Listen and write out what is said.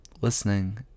listening